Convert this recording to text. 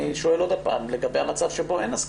אני שואל עוד פעם לגבי המצב שבו אין הסכמה.